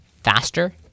Faster